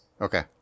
Okay